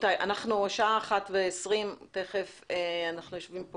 השעה 13:20. אנחנו יושבים פה